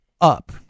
up